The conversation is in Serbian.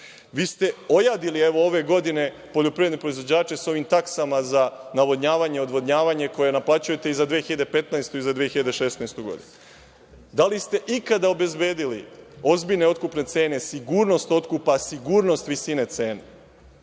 vi ste ojadili ove godine poljoprivredne proizvođače sa ovim taksama za navodnjavanje, odvodnjavanje koje naplaćujete i za 2015. i 2016. godinu. Da li ste ikada obezbedili ozbiljne otkupne cene, sigurnost otkupa, sigurnost visine cene?